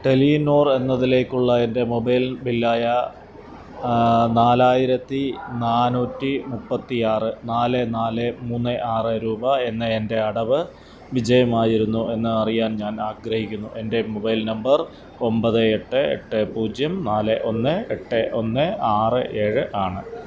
Telenor എന്നതിലേക്കുള്ള എൻ്റെ mobile ബില്ലായ നാലായിരത്തി നാനൂറ്റി മുപ്പത്തിയാറ് നാല് നാല് മൂന്ന് ആറ് രൂപയെന്ന എൻ്റെ അടവ് വിജയമായിരുന്നോയെന്ന് അറിയാൻ ഞാൻ ആഗ്രഹിക്കുന്നു എൻ്റെ മൊബൈൽ നമ്പർ ഒൻപത് എട്ട് എട്ട് പൂജ്യം നാല് ഒന്ന് എട്ട് ഒന്ന് ആറ് ഏഴ് ആണ്